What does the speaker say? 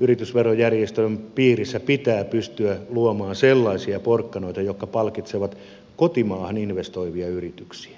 yritysverojärjestelmän piirissä pitää pystyä luomaan sellaisia porkkanoita jotka palkitsevat kotimaahan investoivia yrityksiä